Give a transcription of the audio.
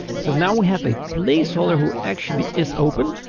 so now we have a placeholder who actually is open.